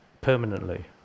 permanently